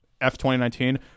F-2019